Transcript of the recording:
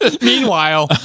Meanwhile